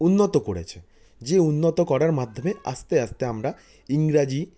উন্নত করেছে যে উন্নত করার মাধ্যমে আস্তে আস্তে আমরা ইংরাজি